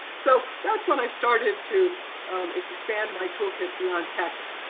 so that's when i started to expand my toolkit beyond texts,